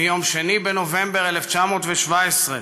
מיום 2 בנובמבר 1917,